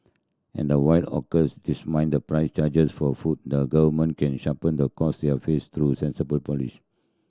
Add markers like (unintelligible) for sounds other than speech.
and while hawkers (unintelligible) the price charged for food the Government can (unintelligible) the cost they are face through sensible police